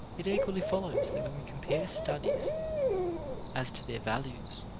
it equally follows that when we compare studies as to their values,